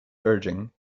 urging